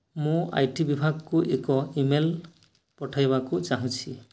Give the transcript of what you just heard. ମୁଁ I T ବିଭାଗକୁ ଏକ ଇମେଲ୍ ପଠାଇବାକୁ ଚାହୁଁଛି